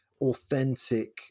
authentic